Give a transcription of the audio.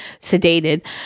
sedated